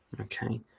okay